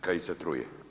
Kad ih se truje.